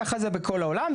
ככה זה בכל העולם.